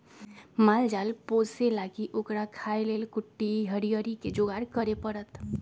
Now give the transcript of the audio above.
माल जाल पोशे लागी ओकरा खाय् लेल कुट्टी हरियरी कें जोगार करे परत